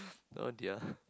oh dear